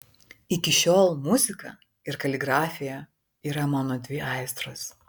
iki šiol muzika ir kaligrafija yra mano dvi aistros